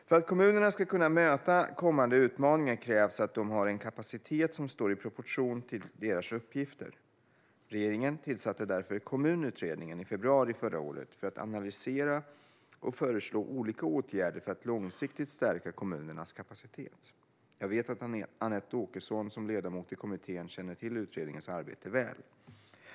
För att kommunerna ska kunna möta kommande utmaningar krävs att de har en kapacitet som står i proportion till deras uppgifter. Regeringen tillsatte därför Kommunutredningen i februari förra året, som ska analysera och föreslå olika åtgärder för att långsiktigt stärka kommunernas kapacitet. Jag vet att Anette Åkesson som ledamot i kommittén känner till utredningens arbete väl.